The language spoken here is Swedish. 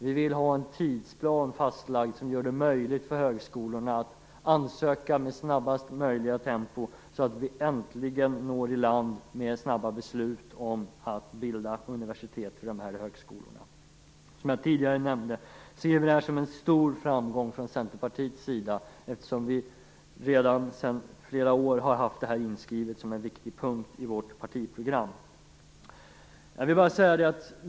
Vi vill ha en tidsplan fastlagd som gör det möjligt för högskolorna att ansöka med snabbast möjliga tempo, så att vi äntligen når i land med snabba beslut om att bilda universitet vid de här högskolorna. Som jag tidigare nämnde ser vi i Centerpartiet det här som en stor framgång, eftersom vi sedan flera år har haft det här inskrivet som en viktig punkt i vårt partiprogram.